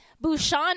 Bouchon